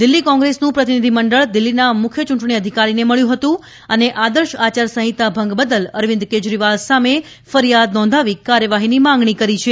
દિલ્ફી કોંગ્રેસનું પ્રતિનિધિ મંડળ દિલ્ફીના મુખ્ય ચૂંટણી અધિકારીને મળ્યું હતું અને આદર્શ આયાર સંહિતાના ભંગ બદલ અરવિંદ કેજરીવાલ સામે ફરીયાદ નોંધાવી કાર્યવાહીની માંગણી કરી છે